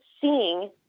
seeing